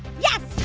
yes!